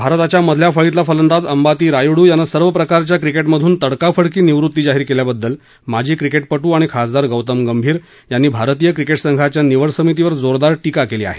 भारताच्या मधल्या फळीतला फलंदाज अंबाती रायूड्र यानं सर्व प्रकारच्या क्रिकेटमधून तडकाफडकी निवृत्ती जाहीर केल्याबद्दल माजी क्रिकेटपटू आणि खासदार गौतम गंभीर यांनी भारतीय क्रिकेट संघाच्या निवड समितीवर जोरदार टीका केली आहे